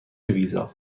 ویزا